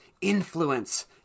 influence